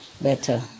better